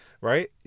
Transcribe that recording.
Right